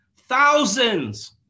Thousands